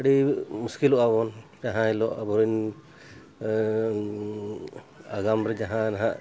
ᱟᱹᱰᱤ ᱢᱩᱥᱠᱤᱞᱚᱜᱼᱟ ᱵᱚᱱ ᱡᱟᱦᱟᱸ ᱦᱤᱞᱳᱜ ᱟᱵᱚᱨᱮᱱ ᱟᱜᱟᱢ ᱨᱮ ᱡᱟᱦᱟᱸ ᱱᱟᱦᱟᱸᱜ